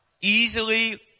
easily